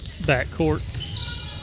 backcourt